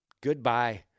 goodbye